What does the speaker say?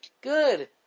Good